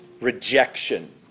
rejection